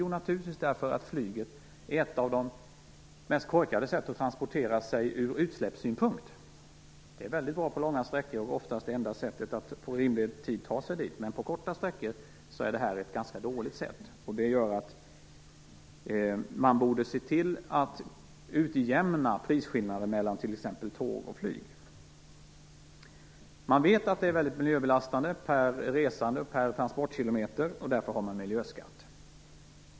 Jo, naturligtvis därför att flyget är ett av de mest korkade sätt att transportera sig, ur utsläppssynpunkt. Det är väldigt bra på långa sträckor och oftast det enda sättet att på rimlig tid ta sig till avlägsna platser. Men på korta sträckor är detta ett ganska dåligt sätt. Det gör att man borde se till att utjämna prisskillnaden mellan t.ex. tåg och flyg. Man vet att flyget är väldigt miljöbelastande per resande och per transportkilometer och därför har man miljöskatt.